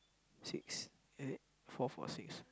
sixth is it fourth or sixth